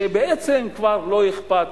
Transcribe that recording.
שבעצם כבר לא אכפת,